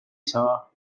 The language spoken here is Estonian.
saa